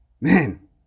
Man